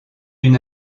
une